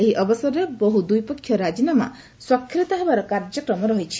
ଏହି ଅବସରରେ ବହୁ ଦ୍ୱିପାକ୍ଷୀୟ ରାଜିନାମା ସ୍ୱାକ୍ଷରିତ ହେବାର କାର୍ଯ୍ୟକ୍ରମ ରହିଛି